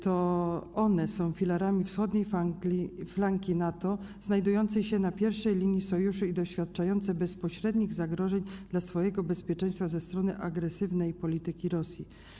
To one są filarami wschodniej flanki NATO znajdującej się na pierwszej linii Sojuszu i doświadczają bezpośrednich zagrożeń dla swojego bezpieczeństwa ze strony agresywnej polityki Rosji.